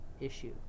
issue